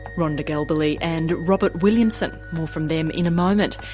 rhonda galbally and robert williamson. more from them in a moment.